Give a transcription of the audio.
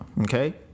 okay